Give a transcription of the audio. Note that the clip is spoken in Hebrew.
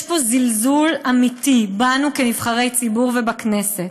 יש פה זלזול אמיתי בנו, כנבחרי ציבור, ובכנסת.